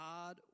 God